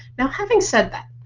now having said that,